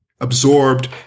absorbed